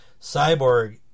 Cyborg